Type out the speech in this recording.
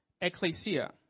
ecclesia